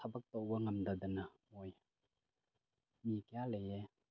ꯊꯕꯛ ꯇꯧꯕ ꯉꯝꯗꯗꯅ ꯃꯣꯏ ꯃꯤ ꯀꯌꯥ ꯂꯩꯌꯦ